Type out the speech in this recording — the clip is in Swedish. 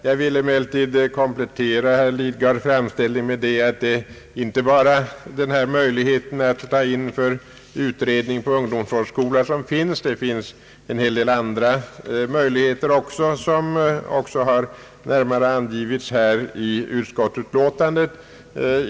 Jag vill emellertid komplettera herr Lidgards framställning med att det inte bara är möjligheten till intagning för utredning på ungdomsvårdsskola som finns, utan en hel del andra möjligheter som också närmare har angivits i utskottsutlåtandet.